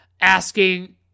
asking